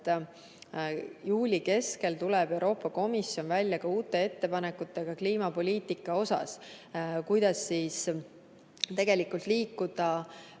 et juuli keskel tuleb Euroopa Komisjon välja uute ettepanekutega kliimapoliitika kohta, kuidas tegelikult liikuda